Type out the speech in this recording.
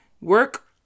work